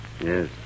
Yes